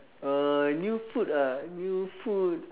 uh new food ah new food